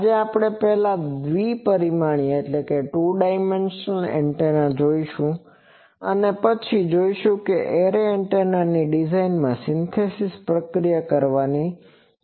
આજે આપણે પહેલા દ્વિ પરિમાણીય એન્ટેના જોશું અને પછી જોશું કે એરે એન્ટેના ડિઝાઇનમાં સિન્થેસિસ પ્રક્રિયા કરવાની જરૂર છે